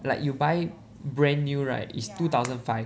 like you buy brand new right it's two thousand five